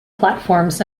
platforms